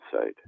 site